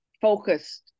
focused